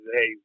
hey